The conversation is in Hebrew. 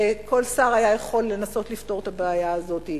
וכל שר היה יכול לנסות לפתור את הבעיה הזאת.